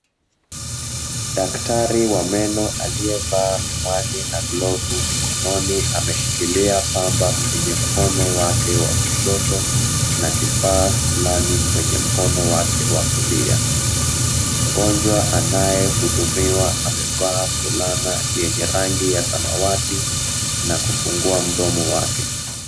Daktari wa meno aliyevaa miwani na glovu mkononi ameshikilia pamba kwenye mkono wake wa kushoto na kifaa fulani kwenye mkono wake wa kulia. Mgonjwa anayehudumiwa amevaa fulana yenye rangi ya samawati na kufungua mdomo wake.